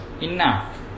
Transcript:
Enough